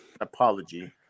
Apology